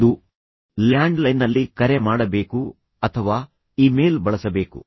ಒಂದೋ ಲ್ಯಾಂಡ್ಲೈನ್ನಲ್ಲಿ ಕರೆ ಮಾಡಬೇಕು ಅಥವಾ ಇಮೇಲ್ ಬಳಸಬೇಕು